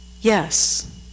Yes